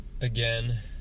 Again